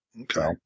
Okay